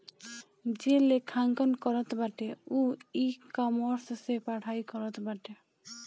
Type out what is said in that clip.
जे लेखांकन करत बाटे उ इकामर्स से पढ़ाई करत बाटे